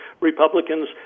Republicans